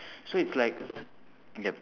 so it's like yup